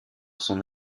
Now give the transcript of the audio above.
son